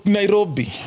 Nairobi